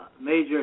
major